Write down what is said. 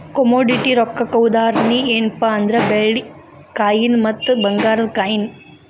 commodity ರೊಕ್ಕಕ್ಕ ಉದಾಹರಣಿ ಯೆನ್ಪಾ ಅಂದ್ರ ಬೆಳ್ಳಿ ಕಾಯಿನ್ ಮತ್ತ ಭಂಗಾರದ್ ಕಾಯಿನ್